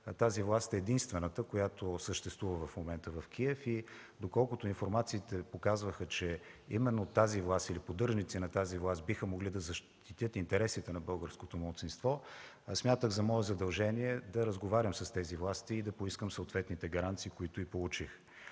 тази власт е единствената, която съществува в момента в Киев. Доколкото информациите показваха, че именно тази власт или поддръжници на тази власт биха могли да защитят интересите на българското малцинство, смятах за мое задължение да разговарям с тези власти и да поискам съответните гаранции, които и получих.